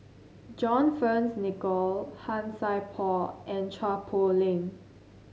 John Fearns Nicoll Han Sai Por and Chua Poh Leng